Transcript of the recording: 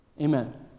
amen